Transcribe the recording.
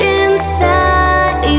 inside